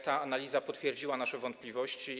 Ta analiza potwierdziła nasze wątpliwości.